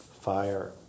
fire